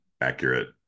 Accurate